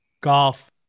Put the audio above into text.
golf